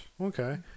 Okay